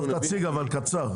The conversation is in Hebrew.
תציג, אבל קצר.